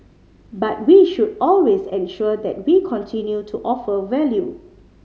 but we should always ensure that we continue to offer value